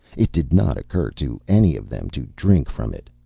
it did not occur to any of them to drink from it.